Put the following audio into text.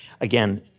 Again